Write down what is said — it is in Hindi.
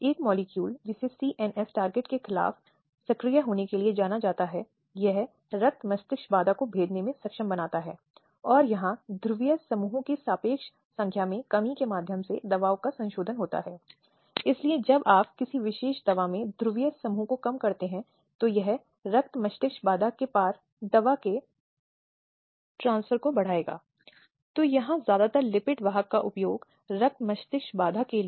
लेकिन उसके लिए उसे अपराधी के खिलाफ पुलिस स्टेशन का रुख करना चाहिये क्योंकि कानून को गति देने के लिए यानि आपराधिक कानून वह पुलिस है जो ऐसी संस्था है जिससे शिकायत दर्ज करने के लिए संपर्क करना होगा और फिर उसी संबंध में पुलिस को आवश्यक जांच करने के लिए